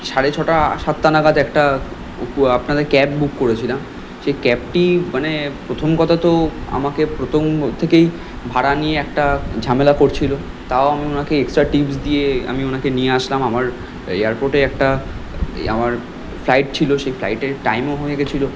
সাড়ে ছটা সাতটা নাগাদ একটা কো আপনাদের ক্যাব বুক করেছিলাম সে ক্যাবটি মানে প্রথম কথা তো আমাকে প্রথম থেকেই ভাড়া নিয়ে একটা ঝামেলা করছিল তাও আমি ওনাকে এক্সট্রা টিপস দিয়ে আমি ওনাকে নিয়ে আসলাম আমার এয়ারপোর্টে একটা এই আমার ফ্লাইট ছিল সে ফ্লাইটের টাইমও হয়ে গেছিল